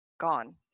gone